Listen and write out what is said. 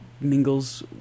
mingles